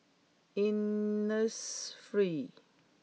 Innisfree